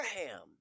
Abraham